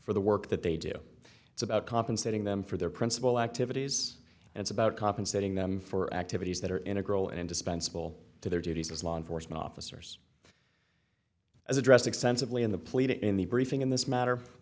for the work that they do it's about compensating them for their principal activities and it's about compensating them for activities that are integral indispensable to their duties as law enforcement officers as addressed extensively in the plea to in the briefing in this matter